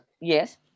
Yes